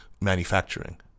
manufacturing